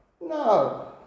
no